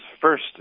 first